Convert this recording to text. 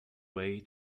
way